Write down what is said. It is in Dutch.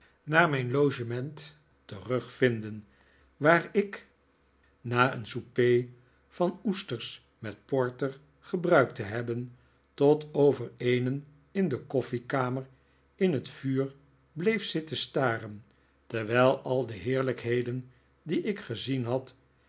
naar mijn logement terugvinden waar ik na een souper van oesters met porter gebruikt te hebben tot over eenen in de koffiekamer in het vuur bleef zitten staren terwijl al de heerlijkheden die ik gezien had